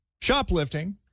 shoplifting